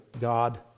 God